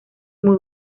muy